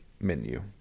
menu